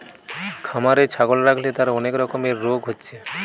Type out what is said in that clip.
খামারে ছাগল রাখলে তার অনেক রকমের রোগ হচ্ছে